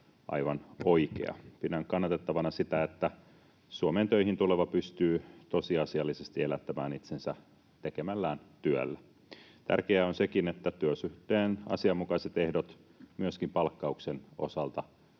aivan oikea. Pidän kannatettavana sitä, että Suomeen töihin tuleva pystyy tosiasiallisesti elättämään itsensä tekemällään työllä. Tärkeää on sekin, että työsuhteen asianmukaiset ehdot myöskin palkkauksen osalta